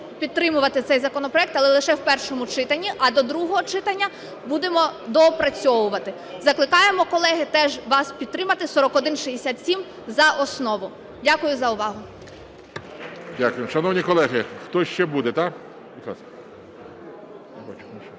підтримувати цей законопроект, але лише в першому читанні, а до другого читання будемо доопрацьовувати. Закликаємо, колеги, теж вас підтримати 4167 за основу. Дякую за увагу.